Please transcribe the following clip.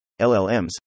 LLMs